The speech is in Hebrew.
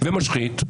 ומשחית.